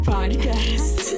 Podcast